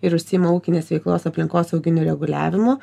ir užsiima ūkinės veiklos aplinkosauginiu reguliavimu